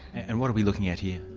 and what are we looking at here?